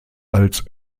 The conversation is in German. als